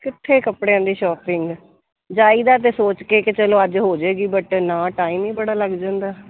ਕਿੱਥੇ ਕੱਪੜਿਆਂ ਦੀ ਸ਼ੋਪਿੰਗ ਜਾਈ ਦਾ ਤਾਂ ਸੋਚ ਕੇ ਕਿ ਚਲੋ ਅੱਜ ਹੋ ਜਾਏਗੀ ਬਟ ਨਾ ਟਾਈਮ ਹੀ ਬੜਾ ਲੱਗ ਜਾਂਦਾ